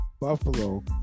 Buffalo